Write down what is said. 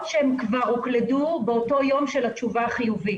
שהם כבר הוקלדו באותו היום של התשובה החיובית.